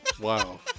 Wow